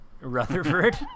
Rutherford